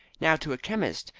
now, to a chemist,